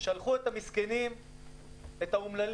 שלחו את המסכנים לבנקים,